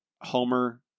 Homer